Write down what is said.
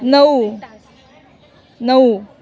नऊ नऊ